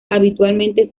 habitualmente